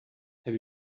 have